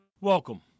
Welcome